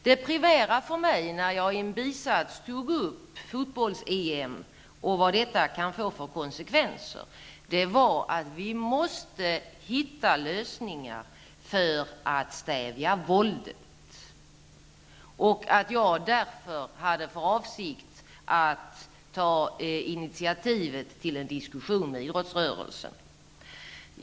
Det primära för mig när jag i en bisats tog upp fotbolls-EM och vad det kan få för konsekvenser var att vi måste hitta lösningar för att stävja våldet, och att jag därför hade för avsikt att ta initiativ till en diskussion med idrottsrörelsen.